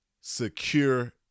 secure